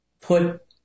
put